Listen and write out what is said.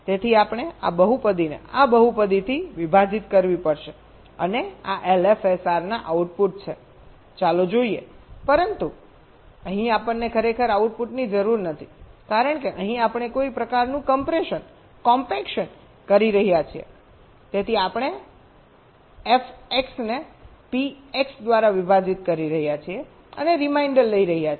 તેથી આપણે આ બહુપદીને આ બહુપદીથી વિભાજીત કરવી પડશે અને આ LFSR ના આઉટપુટ છે ચાલો જોઈએ પરંતુ અહીં આપણને ખરેખર આઉટપુટની જરૂર નથી કારણ કે અહીં આપણે કોઈ પ્રકારનું કમ્પ્રેશન કોમ્પેક્શન કરી રહ્યા છીએતેથી આપણે એફએક્સને પીએક્સ દ્વારા વિભાજીત કરી રહ્યા છીએ અને રીમાઇન્ડર લઈએ છીએ